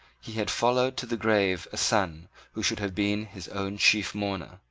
he had followed to the grave a son who should have been his own chief mourner,